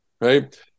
Right